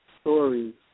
stories